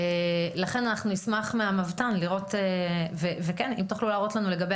לכן נשמח אם תוכלו להראות לנו לגבי